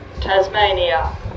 Tasmania